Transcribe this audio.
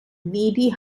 needy